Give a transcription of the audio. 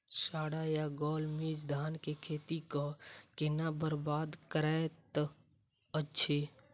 साढ़ा या गौल मीज धान केँ खेती कऽ केना बरबाद करैत अछि?